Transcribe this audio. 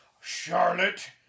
Charlotte